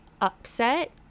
upset